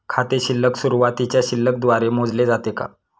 खाते शिल्लक सुरुवातीच्या शिल्लक द्वारे मोजले जाते का?